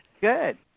Good